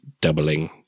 doubling